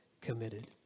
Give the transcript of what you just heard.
committed